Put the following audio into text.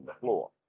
floor